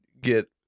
get